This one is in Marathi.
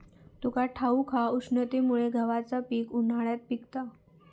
तुका ठाऊक हा, उष्णतेमुळे गव्हाचा पीक उन्हाळ्यात पिकता